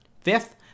fifth